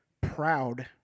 proud